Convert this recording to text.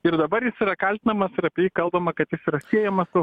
ir dabar jis yra kaltinamas ir apie jį kalbama kad jis yra siejamas su